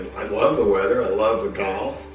love the weather, i love the golf.